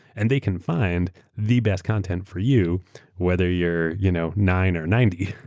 and they can find the best content for you whether you're you know nine or ninety.